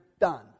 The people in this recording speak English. done